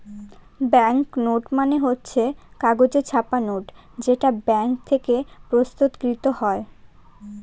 bank note মানে হচ্ছে কাগজে ছাপা নোট যেটা ব্যাঙ্ক থেকে প্রস্তুত কৃত হয়